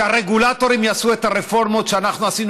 שהרגולטורים יעשו את הרפורמות שאנחנו עשינו